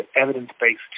evidence-based